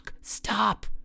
stop